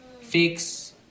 fix